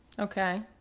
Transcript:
okay